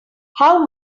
how